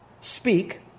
Speak